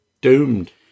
Doomed